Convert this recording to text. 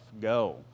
go